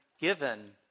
given